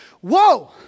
whoa